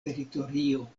teritorio